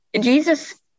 Jesus